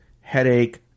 headache